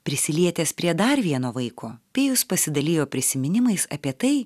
prisilietęs prie dar vieno vaiko pijus pasidalijo prisiminimais apie tai